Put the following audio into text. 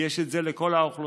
יש את זה לכל האוכלוסייה,